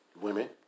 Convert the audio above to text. women